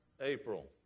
April